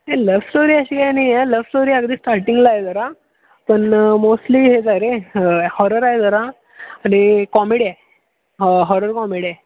नाही love story अशी काय नाही आहे लव स्टोरी अगदी स्टार्टिंगला आहे जरा पण मोस्टली हेच आहे रे हॉरर आहे जरा आणि कॉमेडी आहे हॉरर कॉमेडी आहे